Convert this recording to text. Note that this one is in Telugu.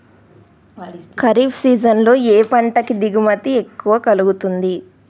ఖరీఫ్ సీజన్ లో ఏ పంట కి ఎక్కువ దిగుమతి కలుగుతుంది?